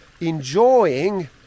enjoying